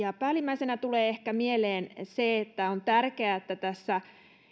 päällimmäisenä tulee ehkä mieleen se että on tärkeää että tässä